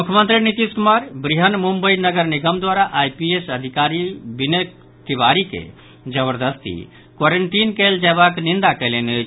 मुख्यमंत्री नीतीश कुमार बृहन मुंबई नगर निगम द्वारा आइपीएस अधिकारी विनय तिवारी के जबरदस्ती क्वारंटीन कयल जयबाक निंदा कयलनि अछि